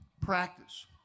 practice